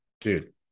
dude